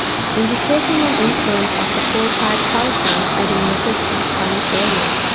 indicating an influence of the coal-fired power plants adding metals to the collie area.